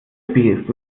ist